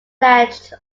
clenched